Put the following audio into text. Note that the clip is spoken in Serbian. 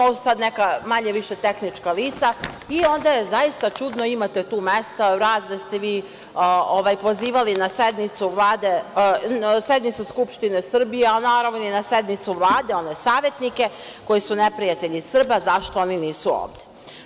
Ovo su sada neka manje-više tehnička lica i onda je zaista čudno, imate tu mesta, razne ste vi pozivali na sednicu Skupštine Srbije, a i na sednicu Vlade, one savetnike, koji su neprijatelji Srba, zašto oni nisu ovde?